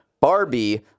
Barbie